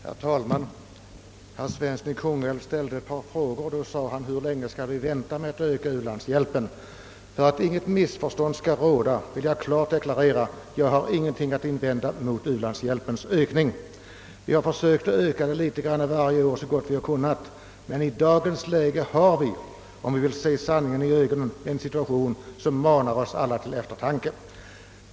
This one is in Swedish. Herr talman! Herr Svensson i Kungälv ställde ett par frågor, bl.a. denna: Hur länge skall vi vänta med att öka u-landshjälpen? För att inte något missförstånd skall råda vill jag klart deklarera, att jag ingenting har att invända mot u-landshjälpens ökning. Vi har försökt vidga vårt bistånd litet grand varje år så gott vi har kunnat, men i dagens läge har vi, om vi vill se sanningen i ögonen, en situation som manar oss alla till eftertanke.